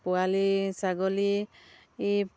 পোৱালি ছাগলী ই